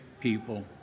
people